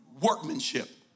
Workmanship